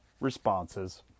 responses